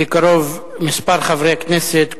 בקרוב כמה חברי כנסת,